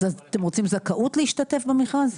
אז אתם רוצים זכאות להשתתף במכרז?